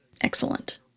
excellent